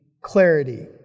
clarity